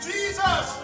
Jesus